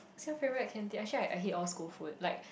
what's your favourite canteen actually I I hate all school food like